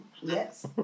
Yes